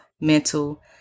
mental